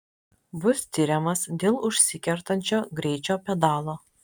bus tiriamas dėl užsikertančio greičio pedalo